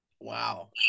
Wow